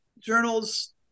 journals